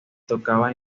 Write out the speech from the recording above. tocaba